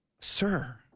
Sir